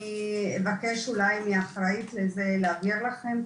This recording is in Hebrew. אני אבקש מהאחראית לזה להעביר לכם,